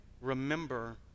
remember